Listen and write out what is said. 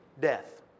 Death